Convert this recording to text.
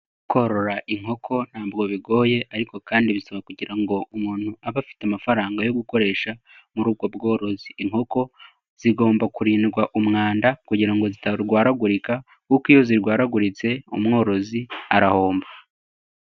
Korora inkoko ntabwo bigoye ariko kandi bisaba kugira ngo umuntu abe afite amafaranga yo gukoresha muri ubwo bworozi, inkoko zigomba kurindwa umwanda kugira ngo zitarwaragurika, kuko iyo zirwaraguritse umworozi arahomba.